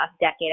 decade